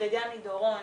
וגם מדורון,